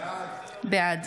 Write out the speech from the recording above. בעד